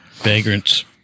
vagrants